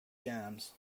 jams